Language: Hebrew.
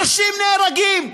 אנשים נהרגים.